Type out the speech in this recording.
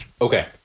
Okay